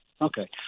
Okay